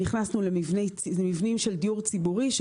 נכנסנו למבנים של דיור ציבורי,